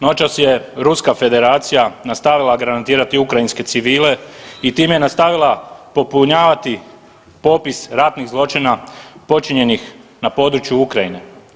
Noćas je Ruska Federacija nastavila granatira ukrajinske civile i time je nastavila popunjavati popis ratnih zločina počinjenih na području Ukrajine.